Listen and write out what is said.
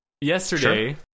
Yesterday